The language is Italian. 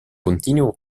continuo